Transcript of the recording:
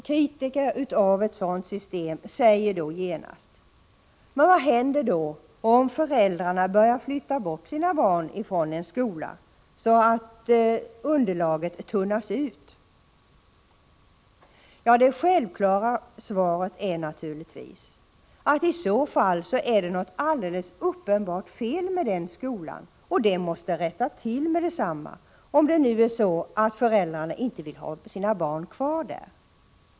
Kritiker av ett sådant system säger då genast: Men vad händer då om föräldrar börjar flytta bort sina barn från en viss skola, så att underlaget tunnas ut? Det självklara svaret är naturligtvis att det är något alldeles uppenbart fel med den skolan, som måste rättas till med detsamma, om det är så att föräldrarna inte vill ha sina barn kvar där.